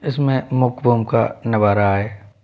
इसमें मुख्य भूमिका का निभा रहा है